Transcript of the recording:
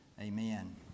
Amen